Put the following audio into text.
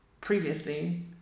previously